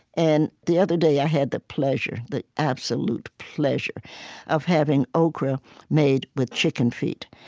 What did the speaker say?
and the other day i had the pleasure, the absolute pleasure of having okra made with chicken feet.